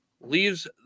leaves